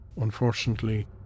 unfortunately